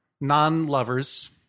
non-lovers